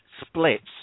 splits